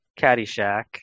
Caddyshack